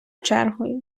чергою